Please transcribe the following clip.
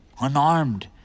unarmed